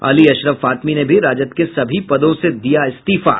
अली अशरफ फातमी ने भी राजद के सभी पदों से दिया इस्तीफा